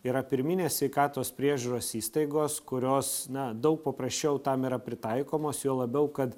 yra pirminės sveikatos priežiūros įstaigos kurios na daug paprasčiau tam yra pritaikomos juo labiau kad